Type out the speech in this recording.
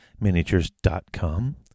miniatures.com